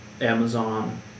Amazon